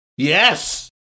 Yes